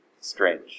Strange